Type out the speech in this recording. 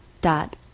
dot